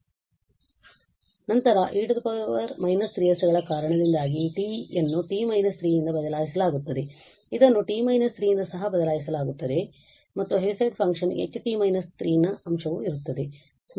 ಮತ್ತು ನಂತರ ಈ e −3sಗಳ ಕಾರಣದಿಂದಾಗಿ ಈ t ಯನ್ನು t− 3 ರಿಂದ ಬದಲಾಯಿಸಲಾಗುತ್ತದೆ ಇದನ್ನು t − 3 ರಿಂದ ಸಹ ಬದಲಾಯಿಸಲಾಗುತ್ತದೆ ಮತ್ತು ಈ ಹೆವಿಸೈಡ್ ಫಂಕ್ಷನ್ H t − 3 ನ ಅಂಶವು ಇರುತ್ತದೆ